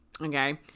Okay